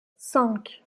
cinq